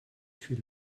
für